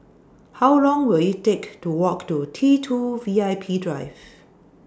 How Long Will IT Take to Walk to T two V I P Drive